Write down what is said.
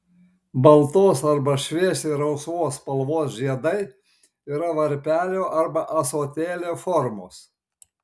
baltos arba šviesiai rausvos spalvos žiedai yra varpelio arba ąsotėlio formos